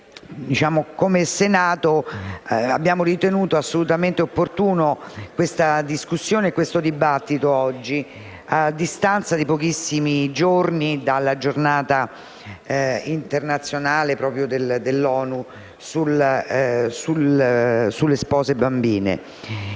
Come Senato, abbiamo ritenuto assolutamente opportuni la discussione e il dibattito svolti, a distanza di pochissimi giorni dalla Giornata internazionale delle bambine